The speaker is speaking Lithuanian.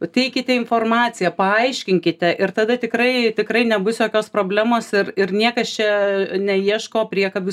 pateikite informaciją paaiškinkite ir tada tikrai tikrai nebus jokios problemos ir ir niekas čia neieško priekabių